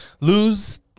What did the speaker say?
Lose